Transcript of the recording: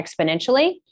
exponentially